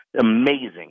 Amazing